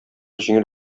җиңел